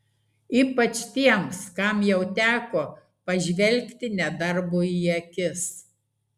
ypač tiems kam jau teko pažvelgti nedarbui į akis